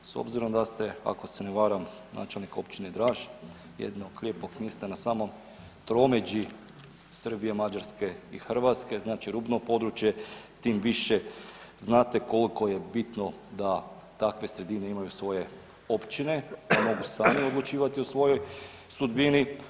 S obzirom da ste ako se na varam načelnik općine Draž jednog lijepog mjesta na samom tromeđi Srbije, Mađarske i Hrvatske znači rubno područje tim više znate koliko je bitno da takve sredine imaju svoje općine da mogu same odlučivati o svojoj sudbini.